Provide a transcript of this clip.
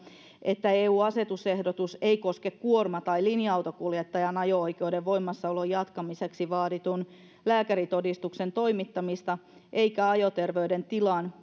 että eu asetusehdotus ei koske kuorma tai linja autokuljettajan ajo oikeuden voimassaolon jatkamiseksi vaaditun lääkärintodistuksen toimittamista eikä ajoterveydentilan